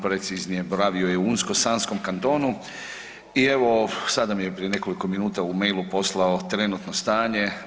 Preciznije boravio je u Unsko-sanskom kantonu i evo sada mi je prije nekoliko minuta u mailu poslao trenutno stanje.